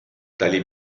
tali